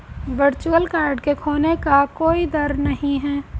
virtual card के खोने का कोई दर नहीं है